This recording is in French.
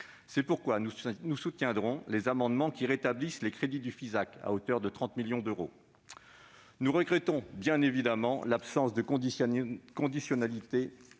C'est pourquoi nous soutiendrons les amendements visant à rétablir les crédits du Fisac à hauteur de 30 millions d'euros. Nous regrettons bien entendu l'absence de conditionnalité